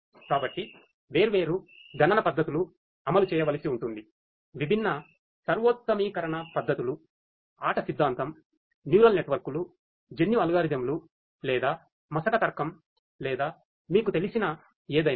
కాబట్టి వేర్వేరు గణన పద్ధతులు అమలు చేయవలసి ఉంటుంది విభిన్న సర్వోత్తమీకరణ పద్ధతులు ఆట సిద్ధాంతం న్యూరల్ నెట్వర్క్లు జన్యు అల్గోరిథంలు లేదా మసక తర్కం లేదా మీకు తెలిసిన ఏదైనా